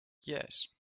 yes